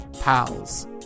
Pals